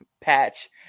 Patch